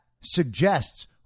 suggests